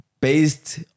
based